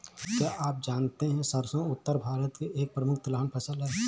क्या आप जानते है सरसों उत्तर भारत की एक प्रमुख तिलहन फसल है?